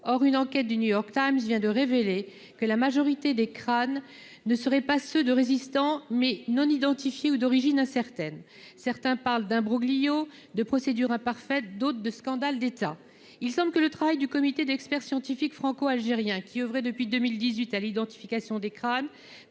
or, une enquête du New York Times vient de révéler que la majorité des crânes ne serait pas ceux de résistants mais non identifiés ou d'origine incertaine, certains parlent d'imbroglio de procédure parfaite, d'autres de scandale d'État, il semble que le travail du comité d'experts scientifiques franco-algériens qui oeuvraient depuis 2018 à l'identification des crânes,